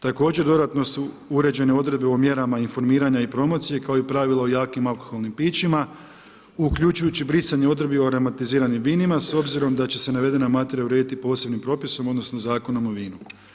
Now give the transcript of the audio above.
Također, dodatno su uređene odredbe o mjerama informiranja i promocije kao i pravilo o jakim alkoholnim pićima uključujući brisanje odredbi o ramatiziranim vinima s obzirom da će se navedene materija urediti posebnim propisom odnosno Zakonom o vinu.